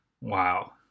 Wow